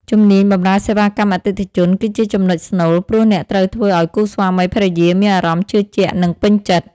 ជំនាញបម្រើសេវាកម្មអតិថិជន គឺជាចំណុចស្នូល ព្រោះអ្នកត្រូវធ្វើឱ្យគូស្វាមីភរិយាមានអារម្មណ៍ជឿជាក់ និងពេញចិត្ត។